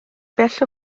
bell